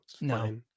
no